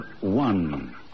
one